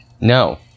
No